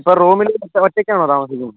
ഇപ്പോൾ റൂമിൽ നിങ്ങൾ ഒറ്റയ്ക്കാണോ താമസിക്കുന്നത്